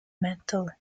metal